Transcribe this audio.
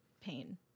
pain